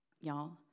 y'all